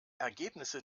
ergebnisse